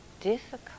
difficult